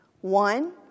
One